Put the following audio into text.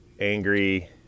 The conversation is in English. angry